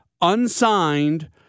unsigned